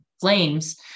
flames